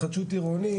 התחדשות עירונית,